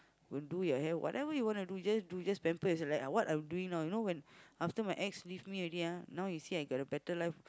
don't do it I have whatever you want to do just do just pamper yourself like what I'm doing now you when after my ex leave me already ah now you see I got a better life